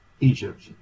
Egypt